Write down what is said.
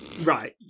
Right